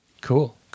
cool